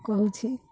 କହୁଛି